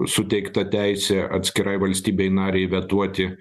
suteikta teisė atskirai valstybei narei vetuoti